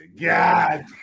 God